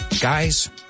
Guys